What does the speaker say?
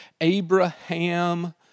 Abraham